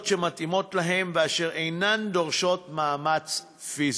שמתאימות להם ואשר אינן דורשות מאמץ פיזי,